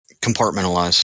Compartmentalize